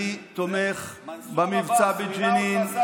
אני תומך במבצע בג'נין,